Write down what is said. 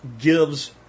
gives